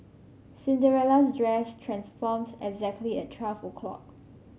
Cinderella's dress transformed exactly at twelve o'clock